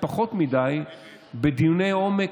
ופחות מדי בדיוני עומק,